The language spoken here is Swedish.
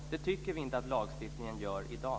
Det tycker vi inte att lagstiftningen gör i dag.